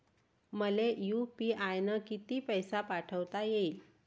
मले यू.पी.आय न किती पैसा पाठवता येईन?